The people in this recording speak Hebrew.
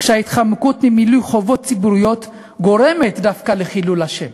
כשההתחמקות ממילוי חובות ציבוריות גורמת דווקא לחילול השם.